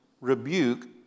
rebuke